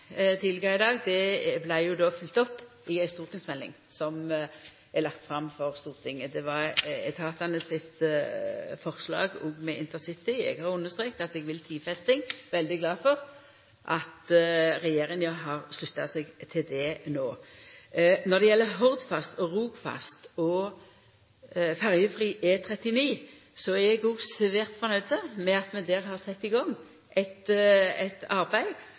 ei stortingsmelding som er lagd fram for Stortinget. Det var etatane sitt forslag òg med Intercity. Eg har understreka at eg vil ha tidfesting, og er veldig glad for at regjeringa har slutta seg til det no. Når det gjeld Hordfast, Rogfast og ferjefri E39, er eg òg svært nøgd med at vi der har sett i gang eit arbeid